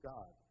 God